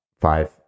five